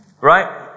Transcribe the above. Right